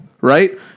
right